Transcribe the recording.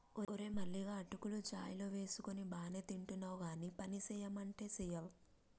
ఓరే మల్లిగా అటుకులు చాయ్ లో వేసుకొని బానే తింటున్నావ్ గానీ పనిసెయ్యమంటే సెయ్యవ్